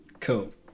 Cool